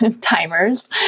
timers